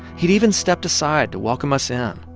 he'd even stepped aside to welcome us in.